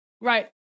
Right